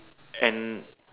and